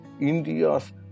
India's